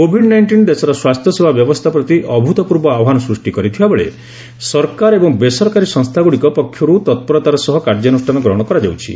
Covid nineteen ଦେଶର ସ୍ୱାସ୍ଥ୍ୟ ସେବା ବ୍ୟବସ୍ଥା ପ୍ରତି ଅଭୂତପୂର୍ବ ଆହ୍ୱାନ ସୃଷ୍ଟି କରିଥିବାବେଳେ ସରକାର ଏବଂ ବେସରକାରୀ ସଂସ୍ଥା ଗୁଡ଼ିକ ପକ୍ଷରୁ ତ୍ପର୍ବରତାର ସହ କାର୍ଯ୍ୟାନୁଷ୍ଠାନ ଗ୍ରହଣ କରାଯାଉଛି